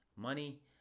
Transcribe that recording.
money